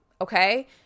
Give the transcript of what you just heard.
Okay